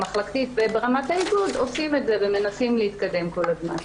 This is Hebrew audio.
המחלקתית וברמת האיגוד עושים את זה ומנסים להתקדם כל הזמן.